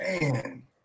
Man